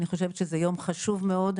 אני חושבת שזה יום חשוב מאוד.